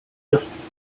just